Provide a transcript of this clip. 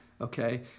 okay